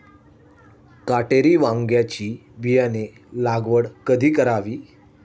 काटेरी वांग्याची बियाणे लागवड कधी करावी?